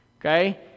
Okay